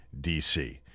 dc